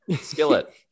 skillet